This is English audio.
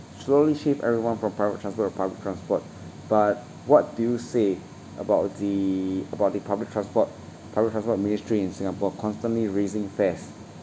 slowly shift everyone from private transport to public transport but what do you say about the about the public transport public transport ministry in singapore constantly raising fares